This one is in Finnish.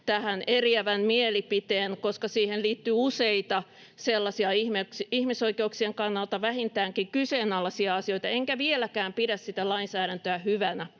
eriävän mielipiteen, koska siihen liittyy useita sellaisia ihmisoikeuksien kannalta vähintäänkin kyseenalaisia asioita, enkä vieläkään pidä sitä lainsäädäntöä hyvänä,